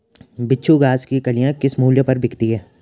बिच्छू घास की कलियां किस मूल्य पर बिकती हैं?